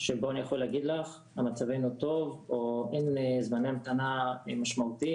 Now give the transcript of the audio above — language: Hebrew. שבו אני יכול להגיד לך שמצבנו טוב או אין זמני המתנה משמעותיים.